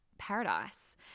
paradise